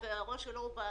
שלום רב,